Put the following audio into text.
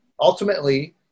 ultimately